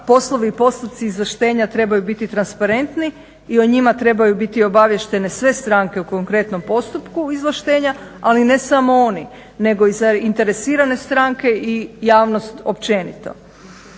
poslovi i postupci izvlaštenja trebaju biti transparentni i o njima trebaju biti obaviještene sve stranke u konkretnom postupku izvlaštenja, ali ne samo oni nego i zainteresirane stranke i javnost općenito.